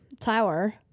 tower